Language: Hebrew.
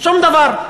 שום דבר.